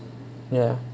ya